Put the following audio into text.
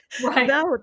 No